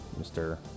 Mr